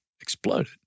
exploded